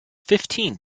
fifteen